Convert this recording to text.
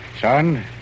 Son